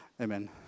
Amen